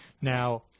now